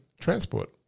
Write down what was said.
transport